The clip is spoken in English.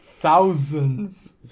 thousands